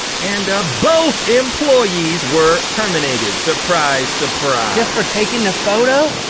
and both employees were terminated. surprise, surprise. just for taking the photo?